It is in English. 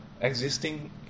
Existing